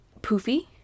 poofy